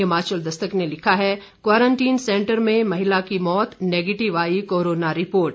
हिमाचल दस्तक ने लिखा है क्वारंटीन सेंटर में महिला की मौत नेगेटिव आई कोरोना रिपोर्ट